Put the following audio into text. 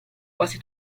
quasi